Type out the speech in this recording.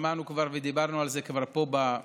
ושמענו כבר ודיברנו על זה פה במליאה,